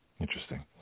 interesting